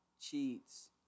cheats